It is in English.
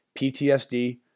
PTSD